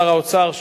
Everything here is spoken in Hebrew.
שר האוצר,